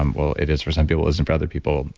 um well, it is for some people isn't for other people,